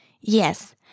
Yes